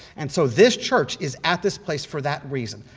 and so this church is at this place for that reason.